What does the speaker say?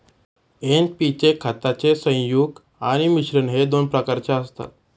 NP चे खताचे संयुग आणि मिश्रण हे दोन प्रकारचे असतात